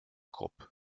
krupp